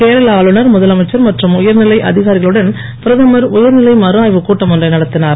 கேரள ஆளுநர் முதலமைச்சர் மற்றும் உயர்நிலை அதிகாரிகளுடன் பிரதமர் உயர்நிலை மறுஆய்வுக் கூட்டம் ஒன்றை நடத்தினார்